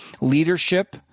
leadership